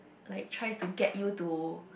like tries to get you to